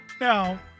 Now